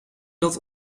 dat